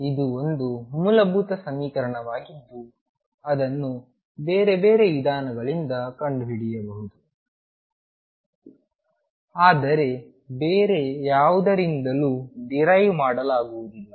ಇದು ಒಂದು ಮೂಲಭೂತ ಸಮೀಕರಣವಾಗಿದ್ದು ಅದನ್ನು ಬೇರೆ ಬೇರೆ ವಿಧಾನಗಳಿಂದ ಕಂಡುಹಿಡಿಯಬಹುದು ಆದರೆ ಬೇರೆ ಯಾವುದರಿಂದಲೂ ಡಿರೈವ್ ಮಾಡಲಾಗುವುದಿಲ್ಲ